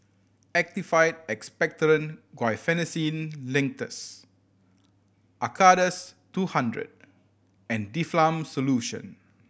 Actified Expectorant Guaiphenesin Linctus Acardust two hundred and Difflam Solution